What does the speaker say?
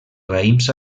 raïms